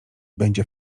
będzie